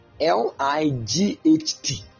l-i-g-h-t